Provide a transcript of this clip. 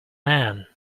man